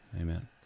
amen